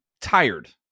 tired